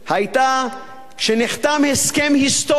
שנחתם הסכם היסטורי.